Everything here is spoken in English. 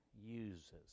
uses